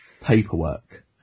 paperwork